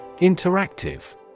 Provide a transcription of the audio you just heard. Interactive